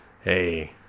hey